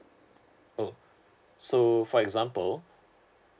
oh so for example